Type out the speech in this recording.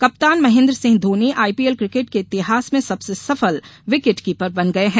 कप्तान Mahendra Singh Dhoni IPL cricket के इतिहास में सबसे सफल विकेटकीपर बन गये हैं